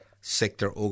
sector